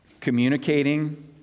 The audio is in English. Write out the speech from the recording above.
communicating